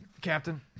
Captain